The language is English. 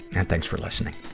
and thanks for listening.